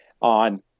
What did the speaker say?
On